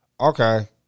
Okay